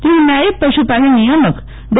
તેવું નાયબ પશુ પાલન નિયામક ડો